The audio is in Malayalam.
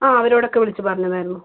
അ അവരോടൊക്കെ വിളിച്ച് പറഞ്ഞതായിരുന്നു